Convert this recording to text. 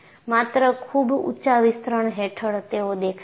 માત્ર ખૂબ ઊંચા વિસ્તરણ હેઠળ તેઓ દેખાય છે